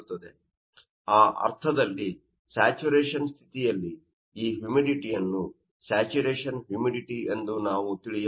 ಆದ್ದರಿಂದ ಆ ಅರ್ಥದಲ್ಲಿ ಸ್ಯಾಚುರೇಶನ್ ಸ್ಥಿತಿಯಲ್ಲಿ ಈ ಹ್ಯೂಮಿಡಿಟಿಯನ್ನು ಸ್ಯಾಚುರೇಶನ್ ಹ್ಯೂಮಿಡಿಟಿ ಎಂದು ನಾವು ತಿಳಿಯಬಹುದು